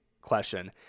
question